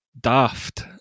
daft